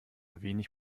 wenig